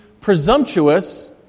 presumptuous